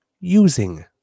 using